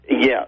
Yes